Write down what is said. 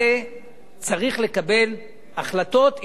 צריך לקבל החלטות,